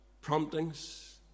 promptings